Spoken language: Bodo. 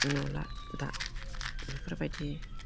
नुला दा बेफोरबायदि